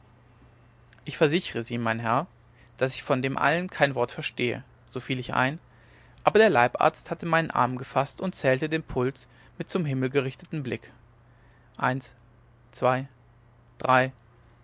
ich versichre sie mein herr daß ich von dem allen kein wort verstehe so fiel ich ein aber der leibarzt hatte meinen arm gefaßt und zählte den puls mit zum himmel gerichtetem blick eins zwei drei